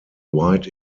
wide